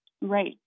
Right